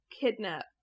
kidnap